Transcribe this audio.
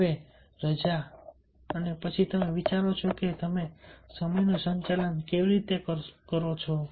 હવે રજા અને પછી તમે વિચારો છો કે તમે સમયનું સંચાલન કેવી રીતે કરો છો